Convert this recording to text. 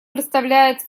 представляет